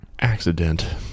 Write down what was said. accident